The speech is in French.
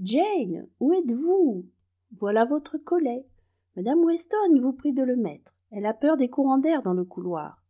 jane où êtes-vous voilà votre collet mme weston vous prie de le mettre elle a peur des courants d'air dans le couloir